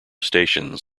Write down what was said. stations